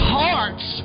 hearts